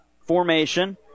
formation